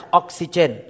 oxygen